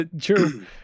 true